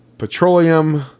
Petroleum